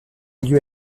lieu